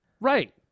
Right